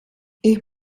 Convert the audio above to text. ich